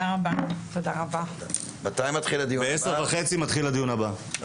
הישיבה ננעלה בשעה 10:20.